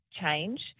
change